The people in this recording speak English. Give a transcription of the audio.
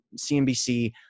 CNBC